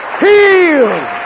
Healed